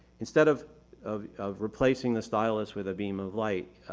instead of of of replacing the stylus with a beam of light,